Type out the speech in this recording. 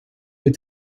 des